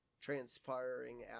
transpiring